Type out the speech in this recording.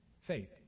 faith